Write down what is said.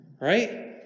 right